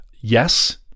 yes